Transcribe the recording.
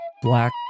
Black